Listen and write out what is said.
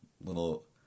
little